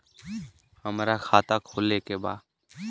हमार खाता खोले के बा?